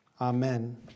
Amen